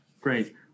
great